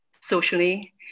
socially